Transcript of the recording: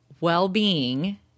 Well-being